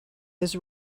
his